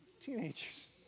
teenagers